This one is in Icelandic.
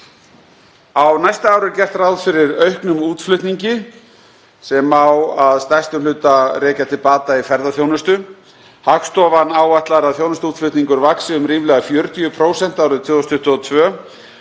Á næsta ári er gert ráð fyrir auknum útflutningi sem má að stærstum hluta rekja til bata í ferðaþjónustu. Hagstofan áætlar að þjónustuútflutningur vaxi um ríflega 40% árið 2022